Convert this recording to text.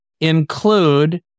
include